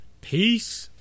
Peace